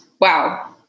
Wow